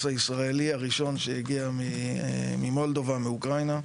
הישראלי הראשון שהגיע ממולדובה ואוקראינה,